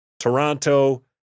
Toronto